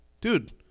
Dude